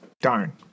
Darn